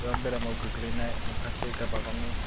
गोबां बेरामाव गोग्लैनाय माखासे गावबा गावनि